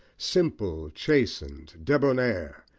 simple, chastened, debonair,